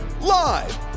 Live